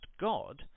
God